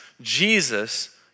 Jesus